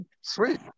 Sweet